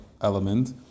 element